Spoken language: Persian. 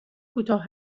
کوتاه